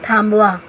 थांबवा